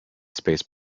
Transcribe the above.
space